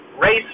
race